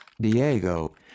Diego